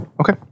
Okay